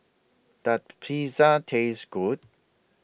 Does Pizza Taste Good